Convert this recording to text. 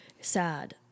sad